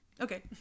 Okay